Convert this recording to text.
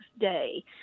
day